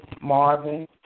Marvin